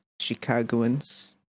Chicagoans